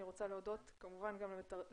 אני רוצה להודות כמובן למתרגם